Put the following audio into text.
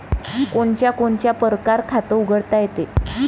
कोनच्या कोनच्या परकारं खात उघडता येते?